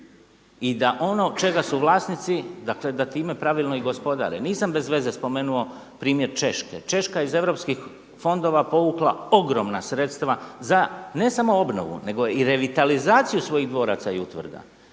i da ono čega su vlasnici, dakle da time pravilno i gospodare. Nisam bezveze spomenuo primjer Češke. Češka je iz europskih fondova povukla ogromna sredstva za ne samo obnovu nego i revitalizaciju svojih dvoraca i utvrda.